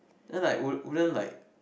then like wouldn't wouldn't like